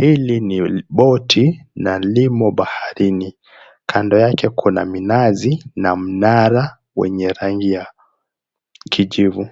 Hili ni boti na limo baharini. Kando yake kuna minazi na mnara wenye rangi ya kijivu.